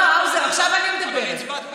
אבל הצבעת בעד.